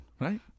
Right